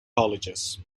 colleges